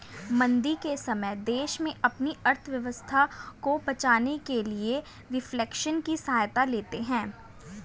मंदी के समय में देश अपनी अर्थव्यवस्था को बचाने के लिए रिफ्लेशन की सहायता लेते हैं